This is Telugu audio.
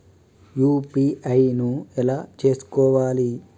యూ.పీ.ఐ ను ఎలా చేస్కోవాలి?